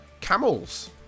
camels